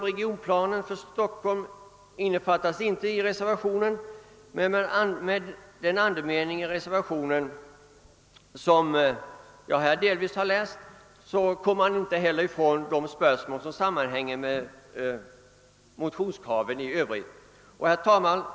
innefattas inte i reservationen, men med den andemening i reservationen som jag här delvis har återgivit kommer man inte heller ifrån de spörsmål som sammanhänger med motionskraven i övrigt. Herr talman!